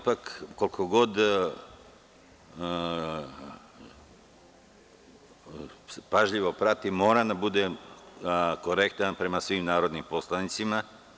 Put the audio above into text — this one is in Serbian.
Ipak, pošto pažljivo pratim, moram da budem korektan prema svim narodnim poslanicima.